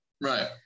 Right